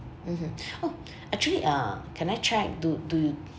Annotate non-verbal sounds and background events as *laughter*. mmhmm *breath* oh actually ah can I check do do